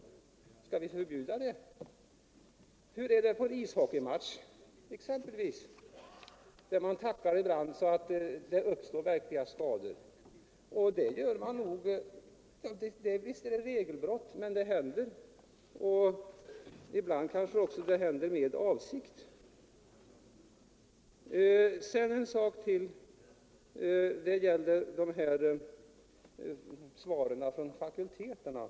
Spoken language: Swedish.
Skall vi därför förbjuda brottning? Hur är det på ishockey — boxning matcher där spelarna ibland tacklar varandra så att det uppstår verkliga skador? Visst är det regelbrott, och ibland kanske det också sker med avsikt. Sedan vill jag beröra svaren från fakulteterna.